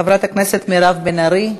חברת הכנסת מירב בן ארי,